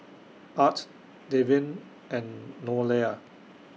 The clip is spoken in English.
Art Deven and Nolia